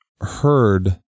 heard